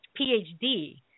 PhD